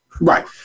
Right